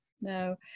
No